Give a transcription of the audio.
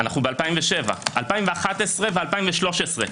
2011 ו-2013,